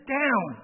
down